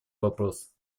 вопрос